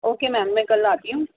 okay ma'am میں کل آتی ہوں